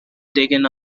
taken